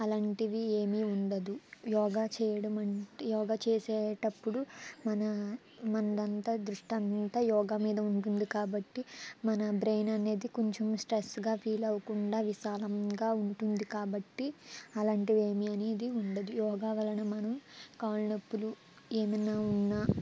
అలాంటివి ఏమీ ఉండదు యోగా చేయడం మన్ట్ యోగా చేసేటప్పుడు మన మందంతా దృష్టంతా యోగా మీద ఉంటుంది కాబట్టి మన బ్రెయిన్ అనేది కొంచెం స్ట్రెస్గా ఫీల్ అవ్వకుండా విశాలంగా ఉంటుంది కాబట్టి అలాంటివేమి అనేది ఉండదు యోగా వలన మనం కాళ్ళ నొప్పులు ఏమన్నా ఉన్నా